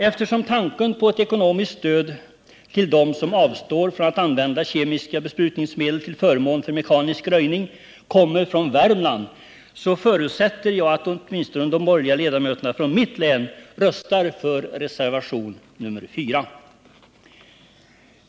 Eftersom tanken på ekonomiskt stöd till dem som avstår från att använda kemiska besprutningsmedel till förmån för mekanisk röjning kommer från Värmland, så förutsätter jag att åtminstone de borgerliga ledamöterna från mitt län röstar för reservationen 4.